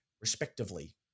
respectively